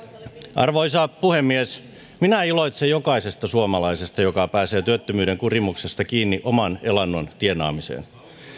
arvoisa puhemies minä iloitsen jokaisesta suomalaisesta joka pääsee työttömyyden kurimuksesta kiinni oman elannon tienaamiseen